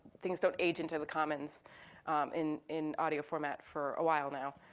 things don't age until the commons in in audio format for a while now.